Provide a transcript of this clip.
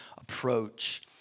approach